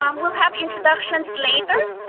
um we'll have introductions later